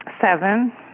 Seven